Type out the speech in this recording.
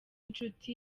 inshuti